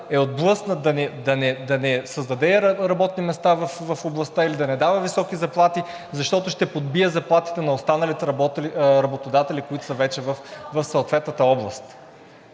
е отблъснат да не създаде работни места в областта или да не дава високи заплати, защото ще подбие заплатите на останалите работодатели, които са вече в съответната област.